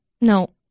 No